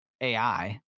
AI